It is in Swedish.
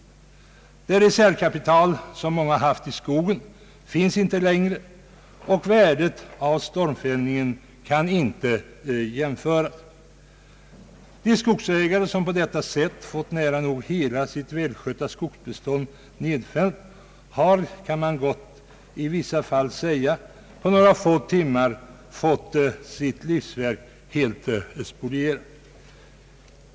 Det reservkapital som många haft i skogen finns inte längre, och värdet av stormfällningen kan inte ställas upp som jämförelse. De skogsägare som på detta sätt fått nära nog hela sitt välskötta skogsbestånd nedfällt har, kan man gott säga, i vissa fall på några timmar fått sitt livsverk nästan helt spolierat.